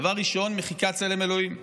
דבר ראשון, מחיקת צלם אלוהים שבאדם,